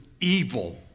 evil